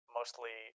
mostly